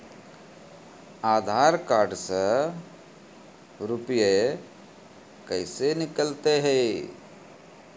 आधार कार्ड से रुपये कैसे निकलता हैं?